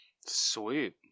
Sweet